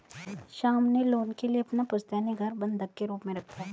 श्याम ने लोन के लिए अपना पुश्तैनी घर बंधक के रूप में रखा